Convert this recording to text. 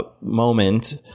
moment